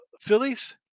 Phillies